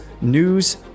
news